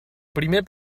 primer